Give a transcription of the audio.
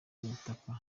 ubutaka